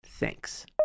Thanks